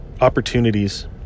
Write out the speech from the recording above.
opportunities